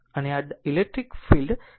અને આ electric field છે